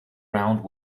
round